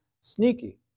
sneaky